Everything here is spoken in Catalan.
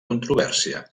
controvèrsia